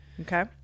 Okay